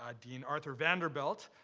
ah dean arthur vanderbilt,